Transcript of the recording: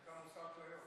מוסר כליות.